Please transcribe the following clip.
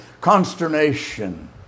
consternation